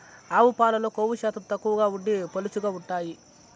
ఆవు పాలల్లో కొవ్వు శాతం తక్కువగా ఉండి పలుచగా ఉంటాయి